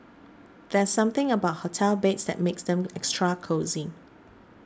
there's something about hotel beds that makes them extra cosy